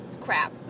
crap